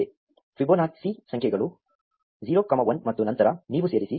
Fibonacci ಸಂಖ್ಯೆಗಳು 0 1 ಮತ್ತು ನಂತರ ನೀವು ಸೇರಿಸಿ